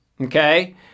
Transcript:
Okay